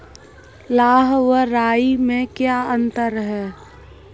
लाह व राई में क्या अंतर है?